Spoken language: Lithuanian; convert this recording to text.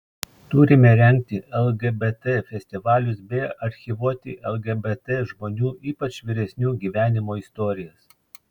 turime rengti lgbt festivalius bei archyvuoti lgbt žmonių ypač vyresnių gyvenimo istorijas